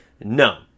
No